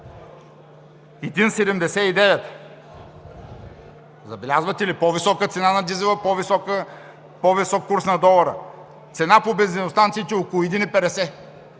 1,79. Забелязвате ли – по-висока цена на дизела, по-висок курс на долара?! Цена по бензиностанциите – около 1,50.